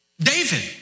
David